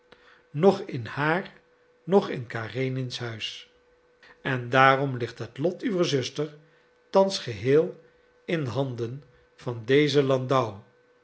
noch in haar noch in karenins huis en daarom ligt het lot uwer zuster thans geheel in handen van dezen landau